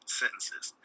sentences